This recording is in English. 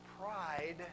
pride